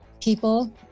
people